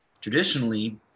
traditionally